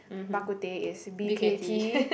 bak kut teh is b_k_t